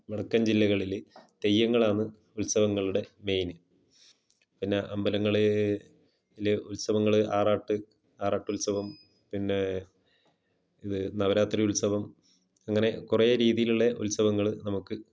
വടക്കൻ ജില്ലകളിൽ തെയ്യങ്ങളാന്ന് ഉത്സവങ്ങളുടെ മെയിന് പിന്നെ അമ്പലങ്ങളേൽ ഉത്സവങ്ങൾ ആറാട്ട് ആറാട്ടുത്സവം പിന്നെ ഇത് നവരാത്രി ഉത്സവം അങ്ങനെ കുറെ രീതിയിലുള്ള ഉത്സവങ്ങൾ നമുക്ക്